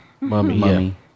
Mummy